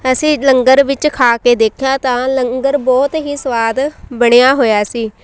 ਅਸੀਂ ਲੰਗਰ ਵਿੱਚ ਖਾ ਕੇ ਦੇਖਿਆ ਤਾਂ ਲੰਗਰ ਬਹੁਤ ਹੀ ਸਵਾਦ ਬਣਿਆ ਹੋਇਆ ਸੀ